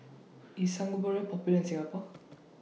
IS Sangobion Popular in Singapore